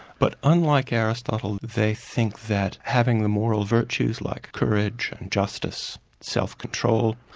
but unlike aristotle they think that having the moral virtues like courage, and justice, self-control,